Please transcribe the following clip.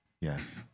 Yes